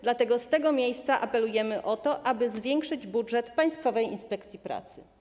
Dlatego z tego miejsca apelujemy o to, aby zwiększyć budżet Państwowej Inspekcji Pracy.